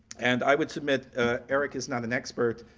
and i would submit ah eric is not an expert.